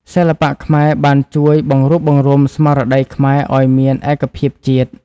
សិល្បៈខ្មែរបានជួយបង្រួបបង្រួមស្មារតីខ្មែរឱ្យមានឯកភាពជាតិ។